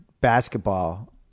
basketball